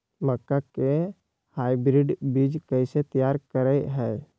मक्का के हाइब्रिड बीज कैसे तैयार करय हैय?